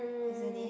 isn't it